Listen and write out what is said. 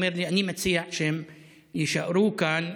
והוא אומר לי: אני מציע שהם יישארו כאן,